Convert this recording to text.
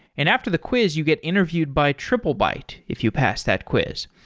and after the quiz you get interviewed by triplebyte if you pass that quiz.